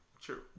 true